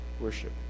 Worship